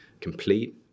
complete